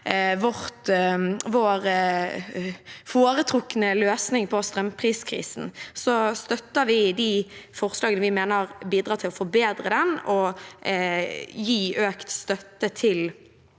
vår foretrukne løsning på strømpriskrisen, støtter vi de forslagene vi mener bidrar til å forbedre den og gir økt støtte til